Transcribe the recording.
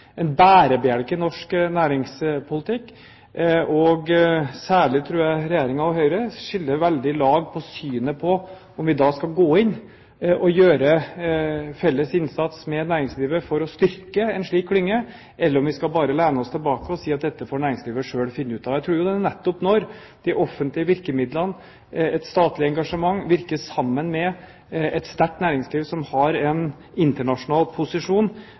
en bærebjelke i norsk næringspolitikk. Særlig tror jeg Regjeringen og Høyre skiller lag i synet på om vi skal gå inn og gjøre en felles innsats sammen med næringslivet for å styrke en slik klynge eller om vi bare skal lene oss tilbake og si at dette får næringslivet selv finne ut av. Jeg tror jo at det er nettopp når de offentlige virkemidlene – et statlig engasjement – virker sammen med et sterkt næringsliv som har en internasjonal posisjon,